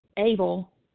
Able